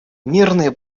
мирные